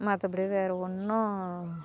மற்றபடி வேற ஒன்றும்